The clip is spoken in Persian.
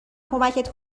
کمک